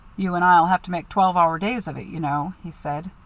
you and i'll have to make twelve-hour days of it, you know, he said.